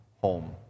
home